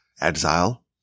exile